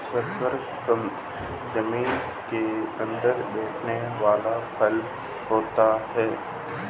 शकरकंद जमीन के अंदर बैठने वाला फल होता है